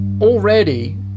already